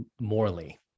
morally